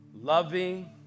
loving